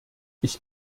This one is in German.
ich